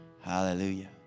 Hallelujah